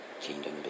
Kingdom